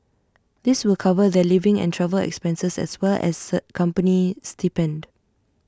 this will cover their living and travel expenses as well as third company stipend